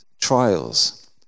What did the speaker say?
trials